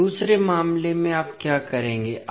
अब दूसरे मामले में आप क्या करेंगे